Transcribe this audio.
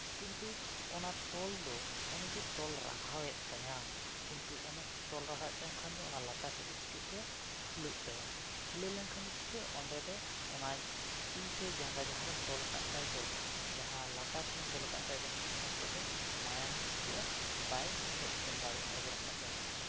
ᱠᱤᱱᱛᱩ ᱚᱱᱟ ᱛᱚᱞ ᱫᱚ ᱚᱱᱮ ᱡᱮ ᱛᱚᱞ ᱨᱟᱦᱟᱣᱮᱫ ᱛᱟᱭᱟᱢ ᱠᱤᱱᱛᱩ ᱚᱱᱮᱢ ᱛᱚᱞ ᱨᱟᱦᱟᱣᱮᱫ ᱛᱟᱭ ᱠᱷᱟᱱ ᱫᱚ ᱚᱱᱟ ᱞᱟᱛᱟᱨ ᱥᱮᱫ ᱫᱚ ᱪᱤᱠᱟᱹᱜ ᱛᱮ ᱯᱷᱩᱞᱟᱹᱜ ᱛᱟᱭᱟ ᱯᱷᱩᱞᱟᱹᱣ ᱞᱮᱱᱠᱷᱟᱱ ᱫᱚ ᱪᱤᱠᱟᱹᱜᱼᱟ ᱚᱸᱰᱮ ᱫᱚ ᱚᱱᱟ ᱛᱤ ᱥᱮ ᱡᱟᱸᱜᱟ ᱡᱟᱦᱟᱸ ᱨᱮᱢ ᱛᱚᱞ ᱠᱟᱭᱛᱟᱜ ᱫᱚ ᱡᱟᱦᱟᱸ ᱞᱟᱛᱟᱨ ᱥᱮᱱ ᱛᱚᱞ ᱠᱟᱜ ᱛᱟᱭ ᱫᱚ ᱚᱱᱛᱮ ᱫᱚ ᱢᱟᱭᱟᱢ ᱫᱚ ᱪᱤᱠᱟᱹᱜᱼᱟ ᱵᱟᱭ ᱦᱮᱡ ᱥᱮᱱ ᱫᱟᱲᱮᱜᱼᱟ ᱟᱲᱜᱚ ᱨᱟᱠᱟᱵ ᱫᱟᱲᱮᱜᱼᱟ